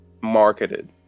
marketed